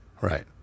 Right